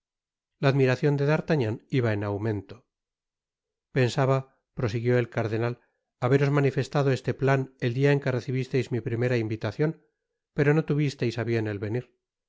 la admiracion de d'artagnan iba en aumento pensaba prosiguió el cardenal haberos manifestado este plan el dia en que recibisteis mi primera invitacion pero no tuvisteis á bien el venir